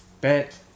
Bet